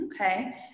Okay